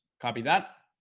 copy that